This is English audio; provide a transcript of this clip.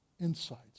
insights